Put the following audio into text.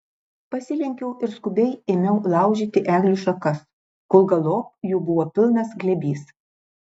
pasilenkiau ir skubiai ėmiau laužyti eglių šakas kol galop jų buvo pilnas glėbys